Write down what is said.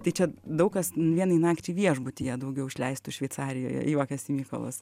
tai čia daug kas vienai nakčiai viešbutyje daugiau išleistų šveicarijoje juokiasi mykolas